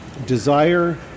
Desire